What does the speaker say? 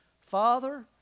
Father